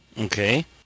Okay